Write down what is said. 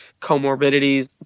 comorbidities